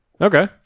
okay